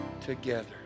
together